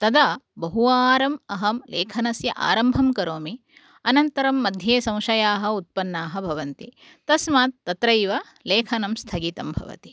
तदा बहुवारम् अहं लेखनस्य आरम्भं करोमि अनन्तरं मध्ये संशयाः उत्पन्नाः भवन्ति तस्मात् तत्रैव लेखनं स्थगितं भवति